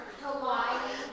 Hawaii